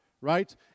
right